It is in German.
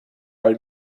all